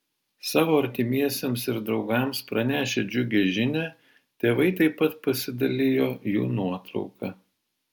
savo artimiesiems ir draugams pranešę džiugią žinią tėvai taip pat pasidalijo jų nuotrauka